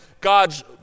God's